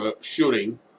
shooting